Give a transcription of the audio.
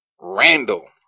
Randall